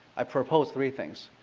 i propose three things.